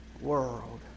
world